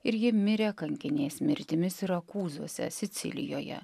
ir ji mirė kankinės mirtimi sirakūzuose sicilijoje